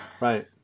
Right